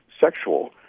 sexual